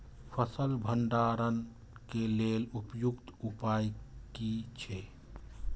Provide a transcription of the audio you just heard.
फसल भंडारण के लेल उपयुक्त उपाय कि छै?